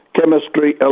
Chemistry